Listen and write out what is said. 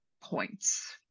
points